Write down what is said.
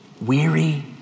weary